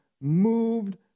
moved